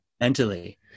mentally